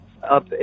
up